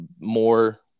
more